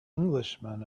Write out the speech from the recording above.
englishman